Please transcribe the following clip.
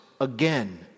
again